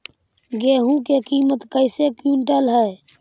गेहू के किमत कैसे क्विंटल है?